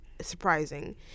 surprising